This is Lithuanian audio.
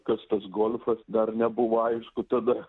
kas tas golfas dar nebuvo aišku tada